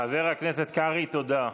חבר הכנסת קרעי, תודה.